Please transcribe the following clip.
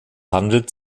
handelt